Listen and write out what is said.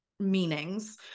meanings